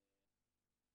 נכון.